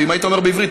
ואם היית אומר בעברית,